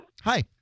Hi